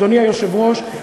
אדוני היושב-ראש,